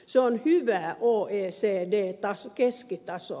se on hyvää oecd keskitasoa